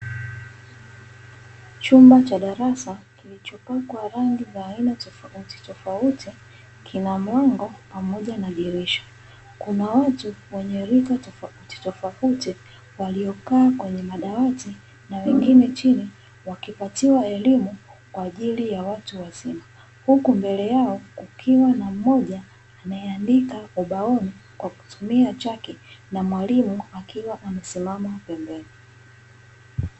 Chumba cha darasa kilichopakwa rangi za aina tofautitofauti, kina mlango pamoja na dirisha. Kuna watu wenye rika tofautitofauti waliokaa kwenye madawati na wengine chini; wakipatiwa elimu kwa ajili ya watu wazima, huku mbele yao kukiwa na mmoja anayeandika ubaoni kwa kutumia chaki na mwalimu akiwa amesimama pembeni.